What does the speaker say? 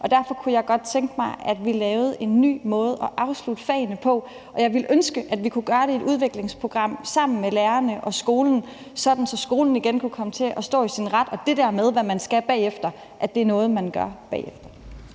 Derfor kunne jeg godt tænke mig, at vi lavede en ny måde at afslutte fagene på, og jeg ville ønske, at vi kunne gøre det i et udviklingsprogram sammen med lærerne og skolen, sådan at skolen igen kunne komme til at stå i sin egen ret, og at det der med, hvad man skal bagefter, er noget, man gør bagefter.